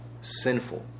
sinful